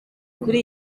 kuri